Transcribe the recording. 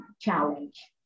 challenge